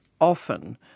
often